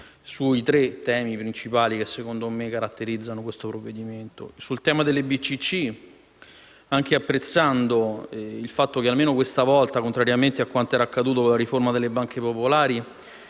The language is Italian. sui tre temi principali che secondo me caratterizzano questo provvedimento. Per quanto riguarda le BCC, anche apprezzando il fatto che almeno questa volta, contrariamente a quanto era accaduto con la riforma delle banche popolari,